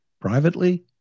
privately